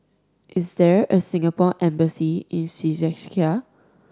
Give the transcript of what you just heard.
is there a Singapore Embassy in Czechia